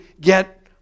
get